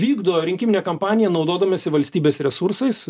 vykdo rinkiminę kampaniją naudodamiesi valstybės resursais